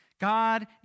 God